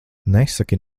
nesaki